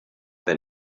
been